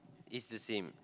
is the same